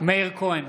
מירב כהן,